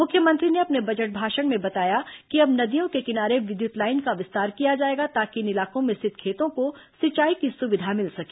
मुख्यमंत्री ने अपने बजट भाषण में बताया गया कि अब नदियों के किनारे विद्युत लाइन का विस्तार किया जाएगा ताकि इन इलाकों में स्थित खेतों को सिंचाई की सुविधा मिल सके